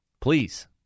Please